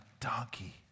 donkey